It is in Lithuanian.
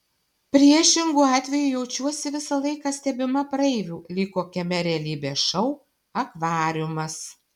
priešingu atveju jaučiuosi visą laiką stebima praeivių lyg kokiame realybės šou akvariumas